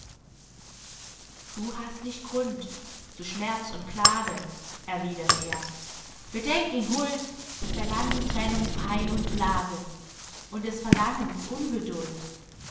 du hast nicht grund zu schmerz und klage erwiedert er bedenk in huld der langen trennung pein und plage und des verlangens